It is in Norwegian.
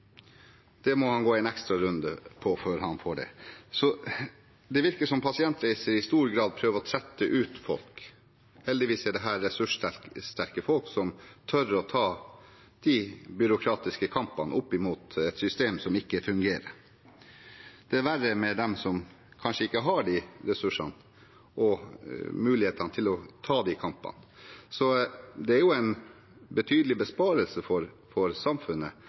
Det må han gå en ekstra runde på før han får. Det virker som om Pasientreiser i stor grad prøver å trette ut folk. Heldigvis er dette ressurssterke folk som tør å ta de byråkratiske kampene mot et system som ikke fungerer. Det er verre med dem som kanskje ikke har ressurser og muligheter til å ta de kampene. Det er jo en betydelig besparelse for samfunnet